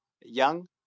young